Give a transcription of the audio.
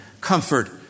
Comfort